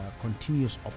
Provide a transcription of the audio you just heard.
continuous